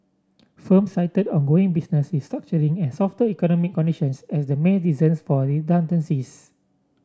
firms cited ongoing business restructuring and softer economic conditions as the main reasons for redundancies